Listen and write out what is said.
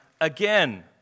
again